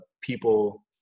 people